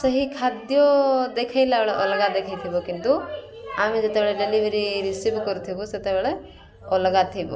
ସେହି ଖାଦ୍ୟ ଦେଖେଇଲା ବେଳେ ଅଲଗା ଦେଖେଇଥିବ କିନ୍ତୁ ଆମେ ଯେତେବେଳେ ଡେଲିଭରି ରିସିଭ୍ କରିଥିବୁ ସେତେବେଳେ ଅଲଗା ଥିବ